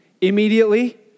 immediately